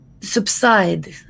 subside